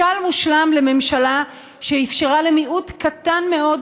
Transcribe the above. משל מושלם לממשלה שאפשרה למיעוט קטן מאוד,